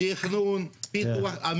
תכנון ופיתוח.